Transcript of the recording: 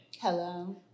Hello